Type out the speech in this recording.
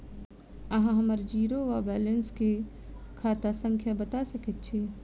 अहाँ हम्मर जीरो वा बैलेंस केँ खाता संख्या बता सकैत छी?